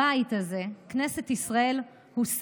הבית הזה, כנסת ישראל, הוא סמל,